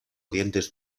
dientes